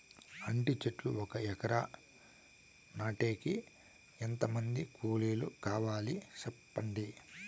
అంటి చెట్లు ఒక ఎకరా నాటేకి ఎంత మంది కూలీలు కావాలి? సెప్పండి?